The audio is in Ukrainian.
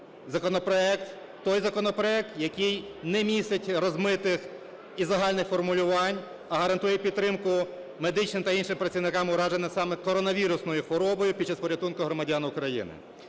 законопроект, той законопроект, який не містить розмитих і загальних формувальні, а гарантує підтримку медичним та іншим працівникам уражених саме коронавірусною хворобою під час порятунку громадян України.